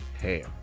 hair